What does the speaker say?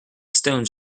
stones